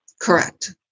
Correct